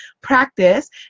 practice